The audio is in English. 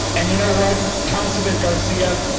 and you know what, councilman garcia,